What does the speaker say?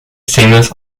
singles